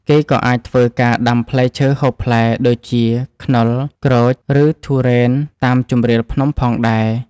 គេក៏អាចធ្វើការដាំផ្លែឈើហូបផ្លែដូចជា ខ្នុរ ក្រូច ឬធុរេនតាមជម្រាលភ្នំផងដែរ។